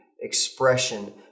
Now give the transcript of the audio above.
expression